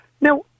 Now